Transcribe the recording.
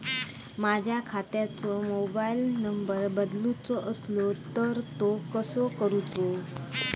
माझ्या खात्याचो mobile number बदलुचो असलो तर तो कसो करूचो?